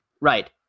Right